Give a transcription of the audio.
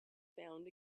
found